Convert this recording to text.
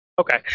Okay